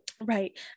right